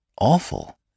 Awful